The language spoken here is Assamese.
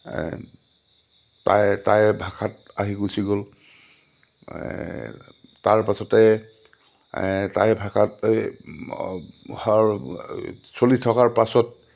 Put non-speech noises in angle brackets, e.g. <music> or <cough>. টাই টাই ভাষাত আহি গুচি গ'ল তাৰ পাছতে টাইৰ ভাষাতেই <unintelligible> চলি থকাৰ পাছত